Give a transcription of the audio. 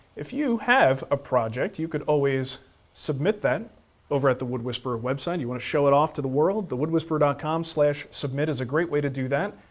if you have a project, you could always submit that over at the wood whisperer website. you want to show it off to the world? thewoodwhisperer dot com slash submit is a great way to do that.